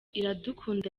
iradukunda